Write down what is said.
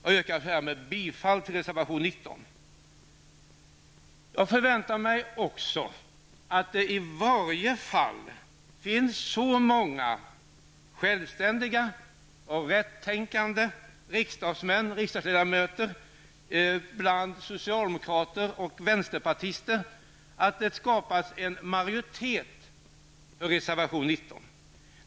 Jag yrkar härmed bifall till reservation 19. Vidare förväntar jag mig att det åtminstone skall finnas så många självständiga och rättänkande riksdagsmän bland socialdemokraterna och vänsterpartisterna att det kan skapas en majoritet för reservation 19.